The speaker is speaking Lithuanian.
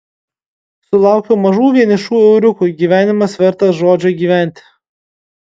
sulaukiau mažų vienišų euriukų gyvenimas vertas žodžio gyventi